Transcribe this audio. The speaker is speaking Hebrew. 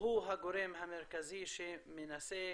הוא הגורם המרכזי שמנסה